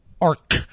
arc